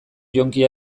jonki